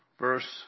verse